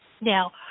Now